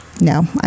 No